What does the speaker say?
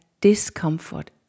discomfort